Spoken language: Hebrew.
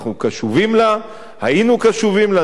אנחנו קשובים לה, היינו קשובים לה.